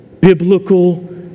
biblical